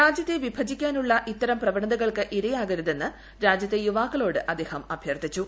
രാജ്യത്തെ വിഭജിക്കാനുള്ള ഇത്തരം പ്രചരണങ്ങൾക്ക് ഇരയാകരുതെന്ന് രാജ്യത്തെ യുവാക്കളോട് അദ്ദേഹം അഭ്യർത്ഥിച്ചു